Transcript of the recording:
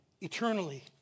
eternally